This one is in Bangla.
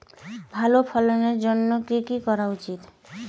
ভালো ফলনের জন্য কি কি করা উচিৎ?